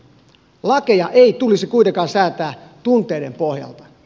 lakeja ei tulisi kuitenkaan säätää tunteiden pohjalta